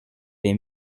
les